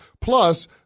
Plus